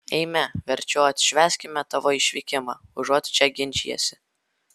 eime verčiau atšvęskime tavo išvykimą užuot čia ginčijęsi